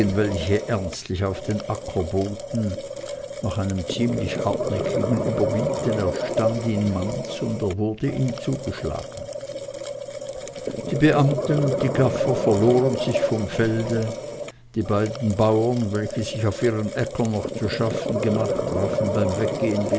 welche ernstlich auf den acker boten nach einem ziemlich hartnäckigen überbieten erstand ihn manz und er wurde ihm zugeschlagen die beamten und die gaffer verloren sich vom felde die beiden bauern welche sich auf ihren äckern noch zu schaffen gemacht trafen beim weggehen